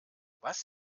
was